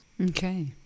Okay